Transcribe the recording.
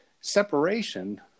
separation